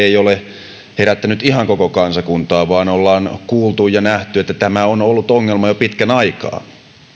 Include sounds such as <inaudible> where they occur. <unintelligible> ei ole herättänyt ihan koko kansakuntaa vaan ollaan kuultu ja nähty että tämä on ollut ongelma jo pitkän aikaa